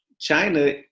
China